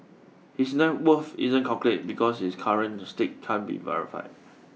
his net worth isn't calculated because his current stake can't be verified